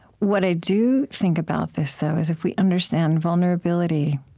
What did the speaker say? what i do think about this, though, is if we understand vulnerability